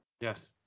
Yes